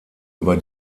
über